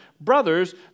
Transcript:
Brothers